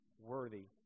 worthy